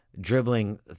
dribbling